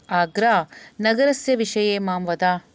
आग्रा नगरस्य विषये मां वदामि